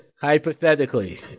hypothetically